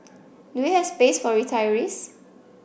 do we have space for retirees